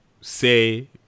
say